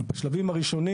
בשלבים הראשנים